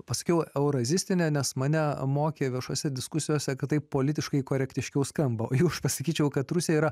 paskiau eurazistinė nes mane mokė viešose diskusijose kad taip politiškai korektiškiau skamba juk aš pasakyčiau kad rusija yra